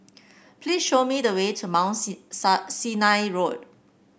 please show me the way to Mount Sinai Road